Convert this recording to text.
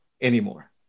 anymore